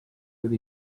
with